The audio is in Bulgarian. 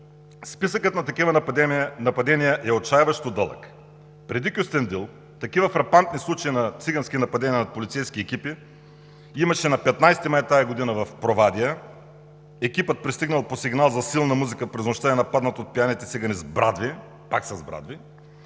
Списъкът на такива нападения е отчайващо дълъг. Преди Кюстендил такива фрапантни случаи на цигански нападения над полицейски екипи имаше на 15 май тази година в Провадия. Екипът пристигнал по сигнал за силна музика през нощта е нападнат от пияните цигани с брадви – пак с брадви.